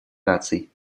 наций